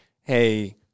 Hey